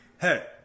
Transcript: hey